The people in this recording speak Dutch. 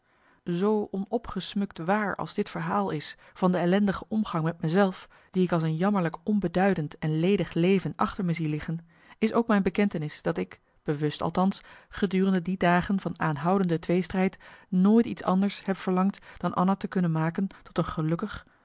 zoo onopgesmukt waar als dit verhaal is van de ellendige omgang met me zelf die ik als een jammerlijk onbeduidend en ledig leven achter me zie marcellus emants een nagelaten bekentenis liggen is ook mijn bekentenis dat ik bewust althans gedurende die dagen van aanhoudende tweestrijd nooit iets anders heb verlangd dan anna te kunnen maken tot een gelukkig